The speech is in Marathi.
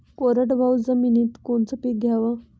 कोरडवाहू जमिनीत कोनचं पीक घ्याव?